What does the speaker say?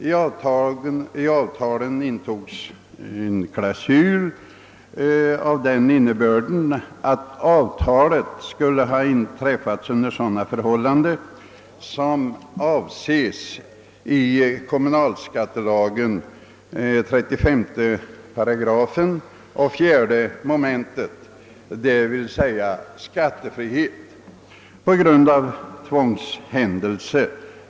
I avtalen intogs en klausul av den innebörden att avtalet skulle ha träffats under sådana förhållanden som avses i 35 8 4 mom. kommunalskattelagen, d.v.s. skattefrihet på grund av tvångshändelse.